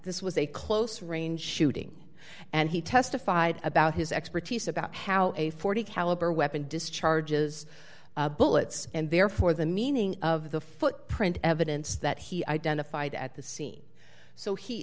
this was a close range shooting and he testified about his expertise about how a forty caliber weapon discharges bullets and therefore the meaning of the footprint evidence that he identified at the scene so he